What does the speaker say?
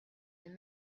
and